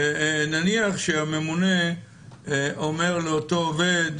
נניח שהממונה אומר לאותו עובד: